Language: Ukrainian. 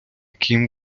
кім